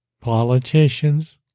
politicians